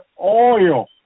oil